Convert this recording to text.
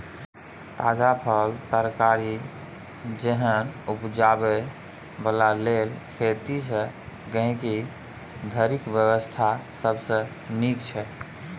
ताजा फल, तरकारी जेहन उपजाबै बला लेल खेत सँ गहिंकी धरिक व्यवस्था सबसे नीक छै